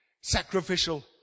Sacrificial